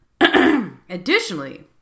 Additionally